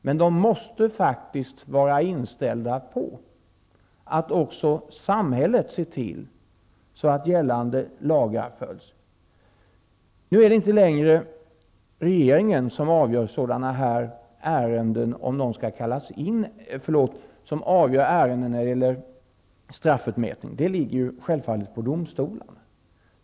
Men de måste faktiskt vara inställda på att samhället ser till att gällande lagar följs. Nu är det inte längre regeringen som avgör ärenden beträffande straffutmätning. Dessa ligger självfallet på domstolarna.